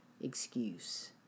excuse